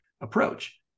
approach